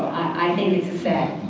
i think it's a sad